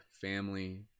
family